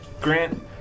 Grant